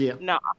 no